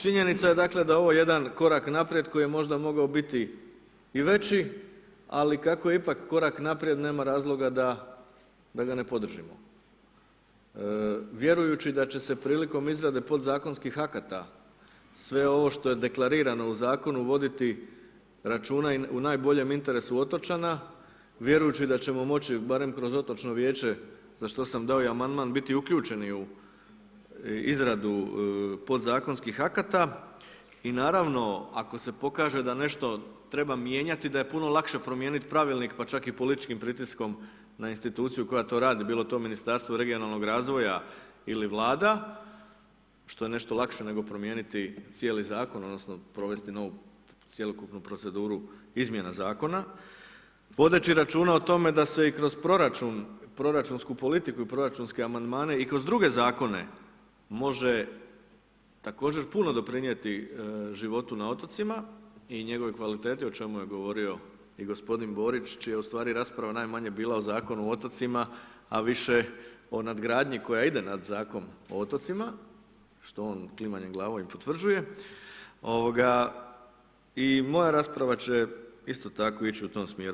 Činjenica je dakle da je ovo jedan korak naprijed koji je možda mogao biti i veći, ali kako je ipak korak naprijed nema vjerujući da će se prilikom izrade podzakonskih akata sve ovo što je deklarirano u zakonu voditi računa u najboljem interesu otočana, vjerujući da ćemo moći barem kroz otočno vijeće za što sam dao i amandman, biti uključeni u izradu podzakonskih akata i naravno, ako se pokaže da nešto treba mijenjati da je puno lakše promijeniti pravilnik pa čak i političkim pritiskom na instituciju koja to radi bilo to Ministarstvo regionalnog razvoja ili Vlada, što je nešto lakše nego promijeniti cijeli zakon odnosno provesti novo cjelokupnu proceduru izmjena zakona, vodeći računa o tome da se i kroz proračun, proračunsku politiku, proračunske amandmane i kroz druge zakone, može također puno doprinijeti životu na otocima i njegovoj kvaliteti o čemu je govorio i g. Borić čija je ustvari rasprava najmanje bila o Zakonu o otocima a više od nadgradnji koja ide nad Zakon o otocima, što on klimanjem glavom i potvrđuje i moja rasprava će isto tako ići u tom smjeru.